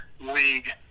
league